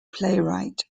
playwright